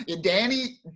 Danny